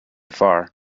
far